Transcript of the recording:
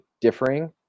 differing